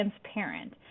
transparent